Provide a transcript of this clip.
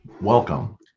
welcome